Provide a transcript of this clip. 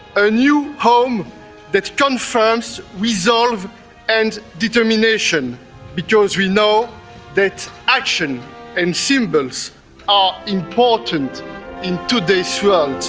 a new home that confirms resolve and determination because we know that action and symbols are important in today's world.